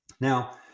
Now